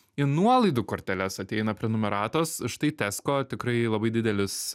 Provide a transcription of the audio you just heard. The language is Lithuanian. į nuolaidų korteles ateina prenumeratos štai tesko tikrai labai didelis